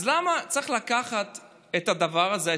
אז למה צריך לקחת את הדבר הזה,